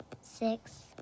Six